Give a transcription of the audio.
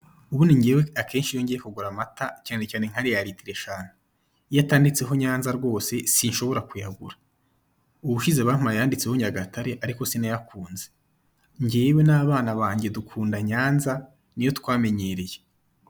Ubundi njyewe akenshi iyo ngiye kugura amata cyane cyane nka reya litiro eshanu, iyo atanditseho Nyanza rwose sinshobora kuyagura, ubushize bampaye ayanditseho Nyagatare ariko sinayakunze, njyewe n'abana banjye dukunda Nyanza niyo twamenyereye.